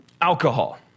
alcohol